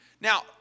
Now